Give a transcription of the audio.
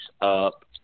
up